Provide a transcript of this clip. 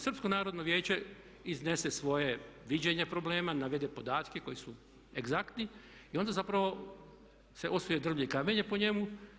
Srpsko narodno vijeće iznese svoje viđenje problema, navede podatke koji su egzaktni i onda zapravo se osuje drvlje i kamenje po njemu.